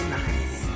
nice